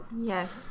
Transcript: Yes